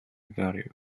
value